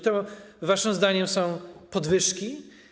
To waszym zdaniem są podwyżki?